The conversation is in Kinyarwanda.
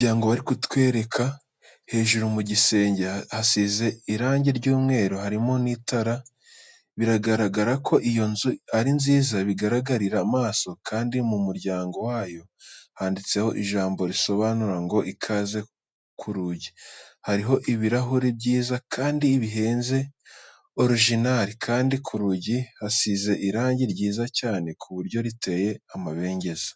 Ni ku muryango, bari kutwereka hejuru mu gisenge hasize irange ry'umweru, harimo n'itara biragaragara ko iyo nzu ari nziza bigaragarira amaso, kandi ku muryango wayo handitseho ijambo risobanura ngo ikaze ku rugi, harimo ibirahure byiza kandi bihenze, orojinari, kandi ku rugi hasize irange ryiza cyane ku buryo riteye amabengeza.